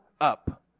up